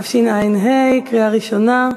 התשע"ה, בקריאה ראשונה.